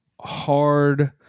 hard